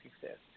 success